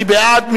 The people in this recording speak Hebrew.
מי בעד?